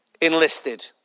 Enlisted